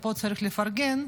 ופה צריך לפרגן,